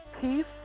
Peace